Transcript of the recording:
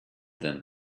than